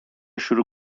شروع